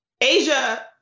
Asia